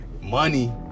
money